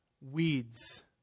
weeds